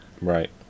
Right